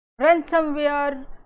ransomware